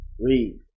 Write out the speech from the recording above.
Read